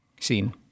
scene